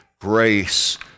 grace